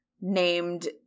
named